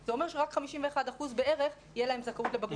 זה אומר שבערך רק ל-51% תהיה זכאות לבגרות.